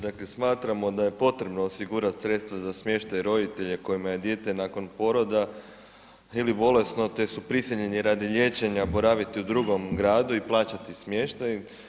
Dakle, smatramo da je potrebno osigurati sredstva za smještaj roditelja kojima je dijete nakon poroda ili bolesno te su prisiljeni radi liječenja boraviti u drugom gradu i plaćati smještaj.